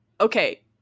okay